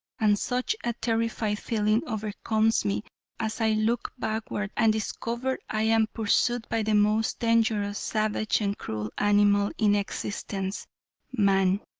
and such a terrified feeling overcomes me as i look backward and discover i am pursued by the most dangerous, savage and cruel animal in existence man.